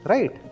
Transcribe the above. Right